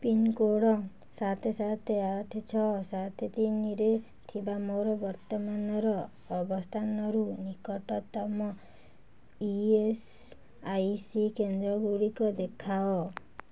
pincode ସାତେ ସାତେ ଆଠେ ଛଅ ସାତେ ତିନିରେ ଥିବା ମୋର ବର୍ତ୍ତମାନର ଅବସ୍ଥାନରୁ ନିକଟତମ ଇ ଏସ୍ ଆଇ ସି କେନ୍ଦ୍ରଗୁଡ଼ିକ ଦେଖାଅ